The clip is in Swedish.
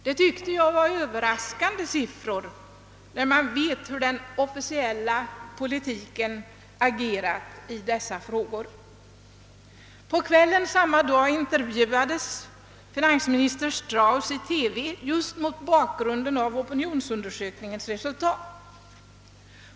Det tycker jag var överraskande siffror, när man vet hur den officiella politiken agerat i dessa frågor. På kvällen samma dag intervjuades finansminister Strauss i TV just mot bakgrunden av denna opinionsundersöknings resultat.